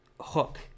Hook